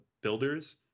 builders